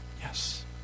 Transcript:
yes